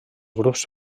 grups